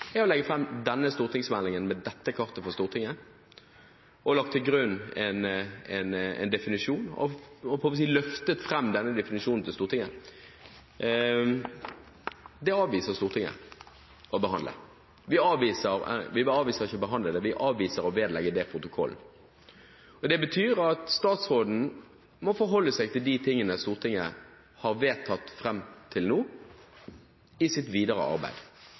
er å legge fram denne stortingsmeldingen med dette kartet for Stortinget og lagt til grunn en definisjon og løftet denne fram til Stortinget. Stortinget avviser ikke å behandle det, vi avviser å vedlegge det protokollen. Det betyr at statsråden må forholde seg til de tingene Stortinget har vedtatt fram til nå, i sitt videre arbeid.